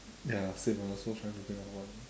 ya same I'm also trying to think of one